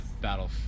Battle